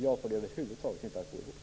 Jag får det över huvud taget inte att gå ihop.